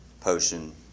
potion